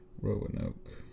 Roanoke